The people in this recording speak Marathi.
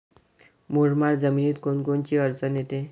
मुरमाड जमीनीत कोनकोनची अडचन येते?